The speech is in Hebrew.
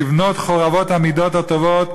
לבנות חורבות המידות הטובות,